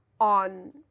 on